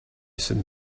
sit